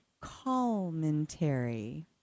commentary